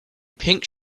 pink